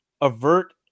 avert